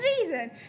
reason